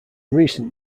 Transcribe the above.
recent